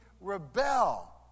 rebel